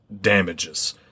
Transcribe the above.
damages